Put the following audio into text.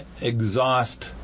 exhaust